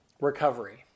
recovery